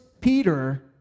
Peter